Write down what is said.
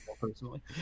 personally